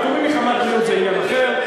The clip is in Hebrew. פטורים מחמת בריאות זה עניין אחר.